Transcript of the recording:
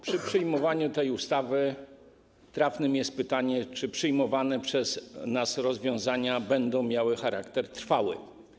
Przy przyjmowaniu tej ustawy trafne jest pytanie, czy przyjmowane przez nas rozwiązania będą miały charakter trwały.